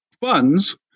funds